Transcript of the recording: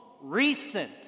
recent